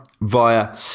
via